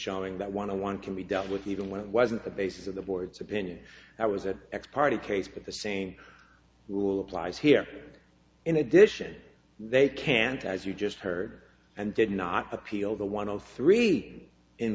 showing that want to one can be dealt with even when it wasn't the basis of the board's opinion i was an ex parte case but the same rule applies here in addition they can't as you just heard and did not appeal to one of three